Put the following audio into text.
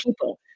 people